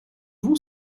vont